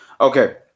okay